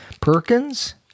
Perkins